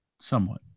Somewhat